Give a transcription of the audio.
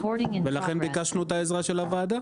לכן ביקשנו את עזרת הוועדה.